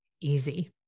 easy